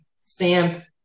stamp